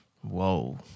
Whoa